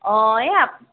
অঁ এই আপ